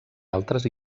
altres